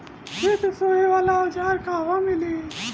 खेत सोहे वाला औज़ार कहवा मिली?